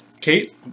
Kate